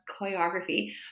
choreography